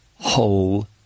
whole